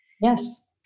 Yes